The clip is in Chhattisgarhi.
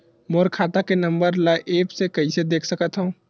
मोर खाता के नंबर ल एप्प से कइसे देख सकत हव?